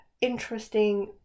interesting